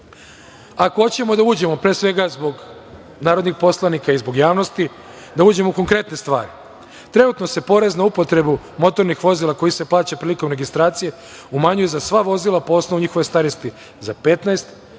hoćemo da uđemo, pre svega, zbog narodnih poslanika i zbog javnosti, da uđemo u konkretne stvari, trenutno se porez na upotrebu motornih vozila koji se plaća prilikom registracije umanjuje za sva vozila po osnovu njihove starosti za 15, 25 ili